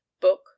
book